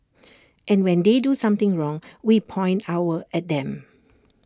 and when they do something wrong we point our at them